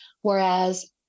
Whereas